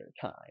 time